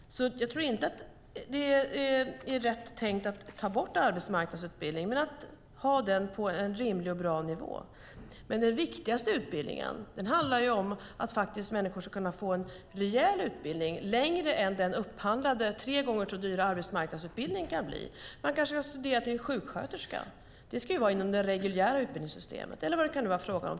Jag tror inte att det är rätt tänkt att ta bort arbetsmarknadsutbildningen utan att man ska ha den på en rimlig och bra nivå. Viktigast när det gäller utbildning är att människor faktiskt ska kunna få en rejäl utbildning som är längre än den upphandlade, tre gånger så dyra arbetsmarknadsutbildningen kan bli. Man kanske kan studera till sjuksköterska - det ska ju vara inom det reguljära utbildningssystemet - eller vad det nu kan vara fråga om.